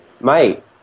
Mate